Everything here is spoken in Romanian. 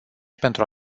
pentru